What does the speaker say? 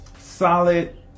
solid